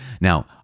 Now